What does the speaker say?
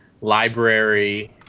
library